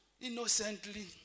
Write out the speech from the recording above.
innocently